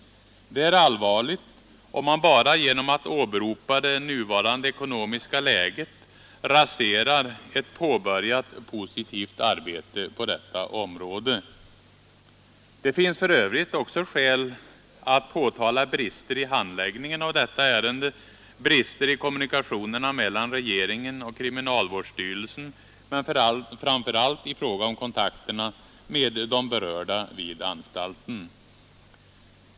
Det är allvarligt om man bara genom att åberopa ”det nuvarande ekonomiska läget” raserar ett påbörjat positivt arbete på detta område. Det finns f. ö. också skäl att påtala brister i handläggningen av detta ärende, brister i kommunikationerna mellan regeringen och kriminalvårdsstyrelsen men framför allt i fråga om kontakterna med de berörda vid anstalten.